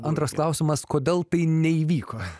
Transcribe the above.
antras klausimas kodėl tai neįvyko